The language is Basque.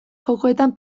jokoetan